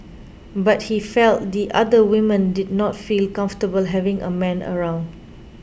but he felt the other women did not feel comfortable having a man around